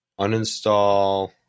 Uninstall